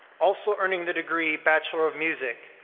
also earning the degree bachelor of music,